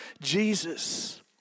Jesus